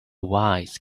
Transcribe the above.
wise